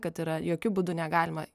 kad yra jokiu būdu negalima